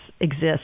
exists